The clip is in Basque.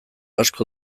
asko